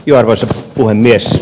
arvoisa puhemies